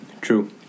true